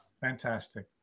Fantastic